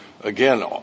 again